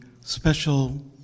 special